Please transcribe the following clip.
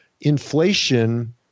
inflation